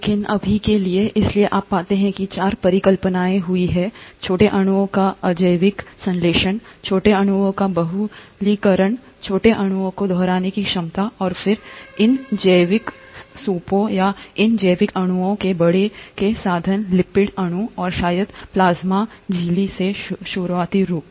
लेकिन अभी के लिए इसलिए आप पाते हैं कि चार परिकल्पनाएं हुई हैं छोटे अणुओं का अजैविक संश्लेषण छोटे अणुओं का बहुलकीकरण छोटे अणुओं को दोहराने की क्षमता और फिर इन जैविक सूपों या इन जैविक अणुओं के बाड़े के साधन लिपिड अणु और शायद प्लाज्मा झिल्ली के शुरुआती रूप